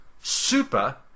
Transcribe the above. super